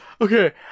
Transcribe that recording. okay